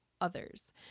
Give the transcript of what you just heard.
others